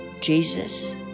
Jesus